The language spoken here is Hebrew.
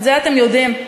את זה אתם יודעים,